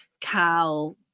Cal